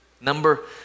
number